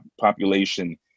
population